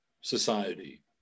society